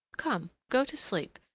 come, go to sleep,